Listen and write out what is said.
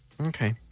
Okay